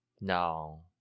no